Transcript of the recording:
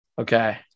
Okay